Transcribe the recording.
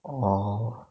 orh